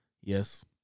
Yes